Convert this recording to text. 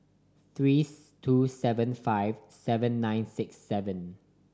three two seven five seven nine six seven